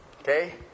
Okay